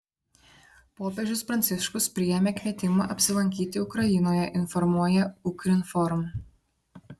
popiežius pranciškus priėmė kvietimą apsilankyti ukrainoje informuoja ukrinform